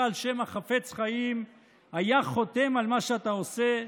על שם החפץ חיים היה חותם על מה שאתה עושה?